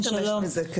הם יכולים להשתמש בזה,